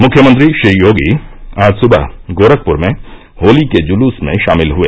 मुख्यमंत्री श्री योगी आज सुबह गोरखपुर में होली के जुलुस में शामिल हुए